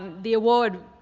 the award,